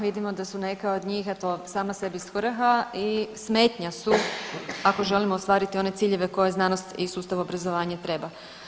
Vidimo da su neka od njih eto sama sebi svrha i smetnja su ako želimo ostvariti one ciljeve koje znanost i sustav obrazovanja treba.